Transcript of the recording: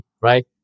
right